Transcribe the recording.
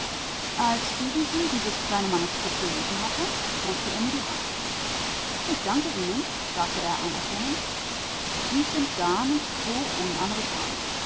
als stefenson dieses kleine manuskript gelesen hatte drückte er mir die hand ich danke ihnen sagte er anerkennend sie sind gar nicht so